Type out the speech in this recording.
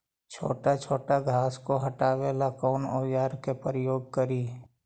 छोटा छोटा घास को हटाबे ला कौन औजार के प्रयोग करि?